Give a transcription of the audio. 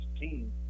team